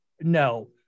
No